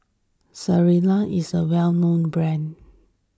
Ezerra is a well known brand